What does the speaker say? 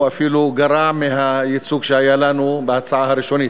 הוא אפילו גרע מהייצוג שהיה לנו בהצעה הראשונית.